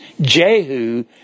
Jehu